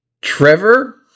Trevor